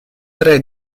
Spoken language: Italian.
tre